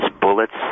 bullets